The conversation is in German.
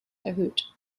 erhöht